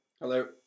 Hello